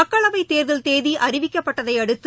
மக்களவைத் தேர்தல் தேதி அறிவிக்கப்பட்டதையடுத்து